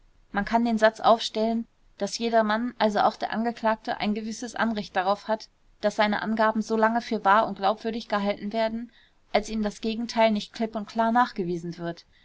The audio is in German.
man kann den satz aufstellen daß jedermann also auch der angeklagte ein gewisses anrecht darauf hat daß seine angaben so lange für wahr und glaubwürdig gehalten werden als ihm das gegenteil nicht klipp und klar nachgewiesen wird